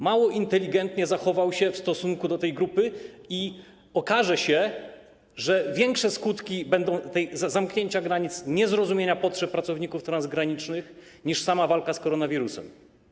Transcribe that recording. Mało inteligentnie zachował się w stosunku do tej grupy i okaże się, że będą większe skutki zamknięcia granic, niezrozumienia potrzeb pracowników transgranicznych niż samej walki z koronawirusem.